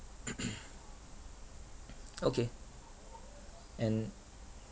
okay and